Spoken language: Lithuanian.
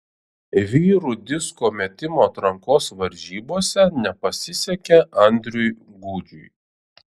vyrų disko metimo atrankos varžybose nepasisekė andriui gudžiui